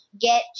get